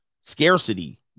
scarcity